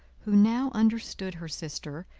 who now understood her sister,